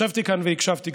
ישבתי כאן והקשבתי,